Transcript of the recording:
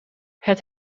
het